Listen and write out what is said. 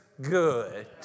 good